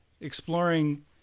exploring